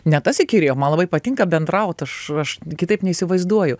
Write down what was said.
ne tas įkyrėjo man labai patinka bendraut aš aš kitaip neįsivaizduoju